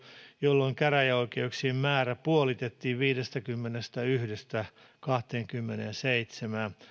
jolloin käräjäoikeuksien määrä puolitettiin viidestäkymmenestäyhdestä kahteenkymmeneenseitsemään